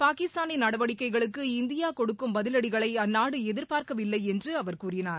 பாகிஸ்தானின் நடவடிக்கைகளுக்கு இந்தியா கொடுக்கும் பதிலடிகளை அந்நாடு எதிர்பார்க்கவில்லை என்று அவர் கூறினார்